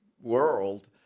world